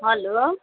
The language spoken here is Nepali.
हेलो